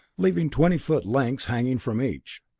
leaving twenty foot lengths hanging from each.